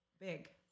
big